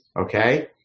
Okay